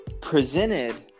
presented